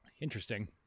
Interesting